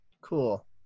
Cool